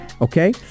okay